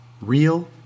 Real